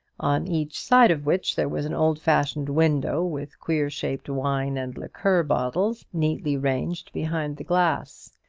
on each side of which there was an old-fashioned window with queer-shaped wine and liqueur bottles neatly ranged behind the glass.